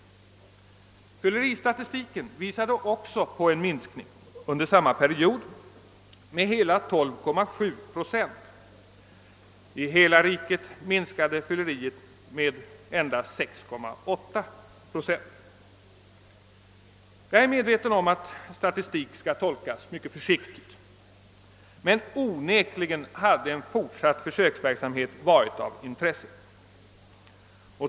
Även fylleristatistiken minskade under samma period med hela 12,7 procent. I hela riket minskade fylleriet med endast 6,8 procent. Jag är medveten om att statistik skall tolkas mycket försiktigt, men onekligen hade en fortsatt försöksverksamhet varit av intresse.